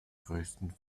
größten